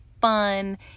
fun